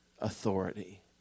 authority